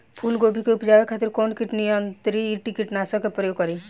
फुलगोबि के उपजावे खातिर कौन कीट नियंत्री कीटनाशक के प्रयोग करी?